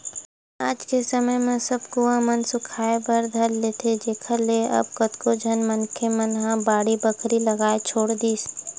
आज के समे म सब कुँआ मन ह सुखाय बर धर लेथे जेखर ले अब कतको झन मनखे मन ह बाड़ी बखरी लगाना छोड़ दिस